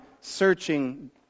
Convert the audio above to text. searching